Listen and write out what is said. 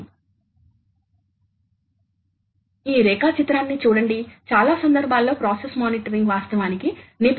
ఎందుకంటే సాధారణంగా అవి చాలా ఎక్కువ ఖచ్చితత్వాన్ని సాధించడానికి ఉపయోగించబడతాయి